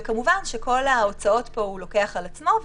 וכמובן שאת כל ההוצאות פה הוא לוקח על עצמו,